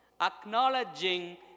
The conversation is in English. acknowledging